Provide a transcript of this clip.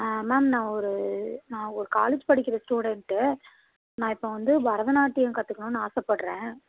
ma'am நான் ஒரு நான் ஒரு காலேஜ் படிக்கின்ற ஸ்டூடெண்ட்டு நான் இப்போ வந்து பாரதநாட்டியம் கற்றுக்கணும்னு ஆசைப்பட்றேன்